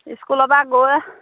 স্কুলৰপৰা গৈ